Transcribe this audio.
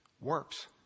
works